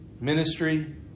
ministry